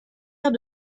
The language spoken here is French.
père